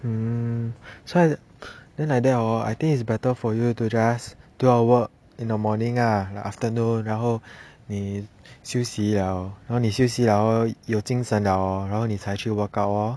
hmm so I then like that hor I think it's better for you to just do your work in the morning ah like afternoon 然后你休息了然后你休息了有精神了然后你才去 workout lor